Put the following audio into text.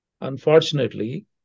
unfortunately